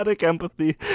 empathy